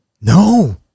no